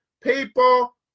people